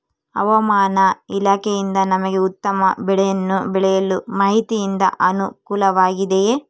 ಹವಮಾನ ಇಲಾಖೆಯಿಂದ ನಮಗೆ ಉತ್ತಮ ಬೆಳೆಯನ್ನು ಬೆಳೆಯಲು ಮಾಹಿತಿಯಿಂದ ಅನುಕೂಲವಾಗಿದೆಯೆ?